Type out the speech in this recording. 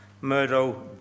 Murdo